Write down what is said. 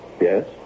Yes